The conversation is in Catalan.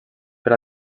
per